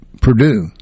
Purdue